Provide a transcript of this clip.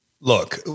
look